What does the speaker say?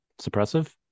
suppressive